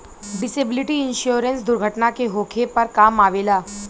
disability insurance दुर्घटना के होखे पर काम अवेला